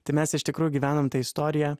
tai mes iš tikrųjų gyvenam tą istoriją